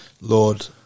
Lord